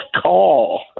call